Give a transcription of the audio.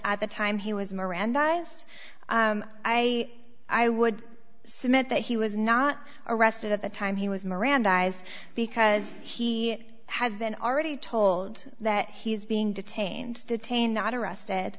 at the time he was mirandized i i would submit that he was not arrested at the time he was mirandized because he has been already told that he's being detained detained not arrested